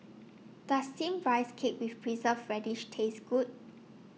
Does Steamed Rice Cake with Preserved Radish Taste Good